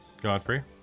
Godfrey